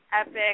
epic